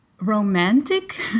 romantic